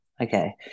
okay